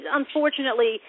unfortunately